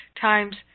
times